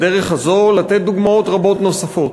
בדרך הזאת לתת דוגמאות רבות נוספות.